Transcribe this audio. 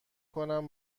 کنم